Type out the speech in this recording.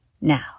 Now